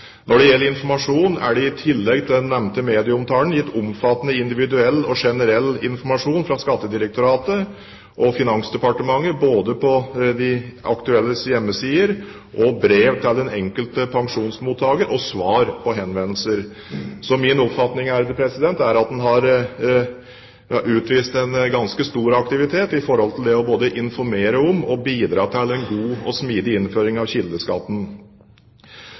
Når det gjelder informasjon, er det i tillegg til den nevnte medieomtalen gitt omfattende individuell og generell informasjon fra Skattedirektoratet og Finansdepartementet på de aktuelles hjemmesider, i brev til den enkelte pensjonsmottaker og som svar på henvendelser. Min oppfatning er at en har utvist en ganske stor aktivitet i forhold til både å informere om og bidra til en god og smidig innføring av kildeskatten.